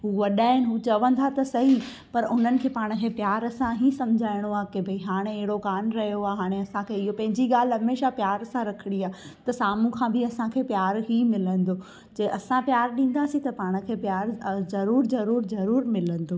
हू वॾा आहिनि हू चवंदा त सई पर उन्हनि खे पाण खे प्यार सां ई समुझाइणो आहे की भाई हाणे अहिड़ो कानि रहियो आहे हाणे असांखे इहो पंहिंजी ॻाल्हि हमेशह प्यार सां रखिणी आहे त साम्हूं खां बि असांखे प्यार ई मिलंदो जंहिं असां प्यार ॾींदासीं त पाण खे प्यार ज़रूरु ज़रूरु जरूरु मिलंदो